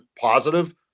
positive